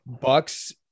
Bucks